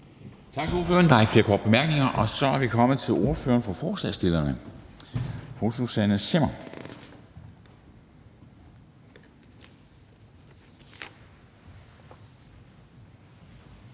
Tak til ordføreren. Der er ikke flere korte bemærkninger. Så er vi kommet til ordføreren for forslagsstillerne, fru Susanne Zimmer,